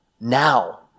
now